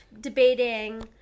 debating